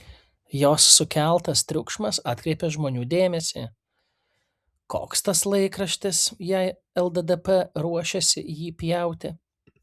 jos sukeltas triukšmas atkreipė žmonių dėmesį koks tas laikraštis jei lddp ruošiasi jį pjauti